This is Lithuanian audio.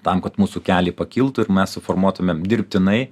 tam kad mūsų keliai pakiltų ir mes suformuotumėm dirbtinai